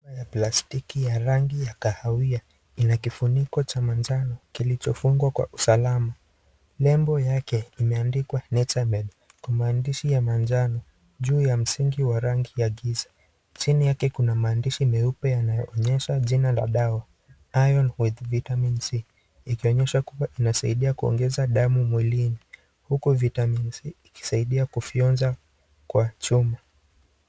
Chupa ya plastiki ya rangi ya kahawia ina kifuniko cha manjano kilichofungwa kwa usalama. Nembo yake imeandikwa Nutrabed kwa maandishi ya manjano juu ya msingi wa rangi ya giza. Chini yake kuna maandishi meupe yanayoonyesha jina la dawa, iron with vitamin C ikionyesha kuwa inasaidia kuongeza damu mwilini huku vitamin C ikisaidia kufyonza kwa chuma.